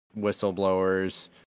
whistleblowers